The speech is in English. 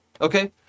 okay